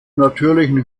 natürlichen